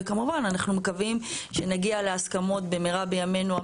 וכמובן אנחנו מקווים שנגיע להסכמות במהרה בימנו,